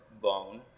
bone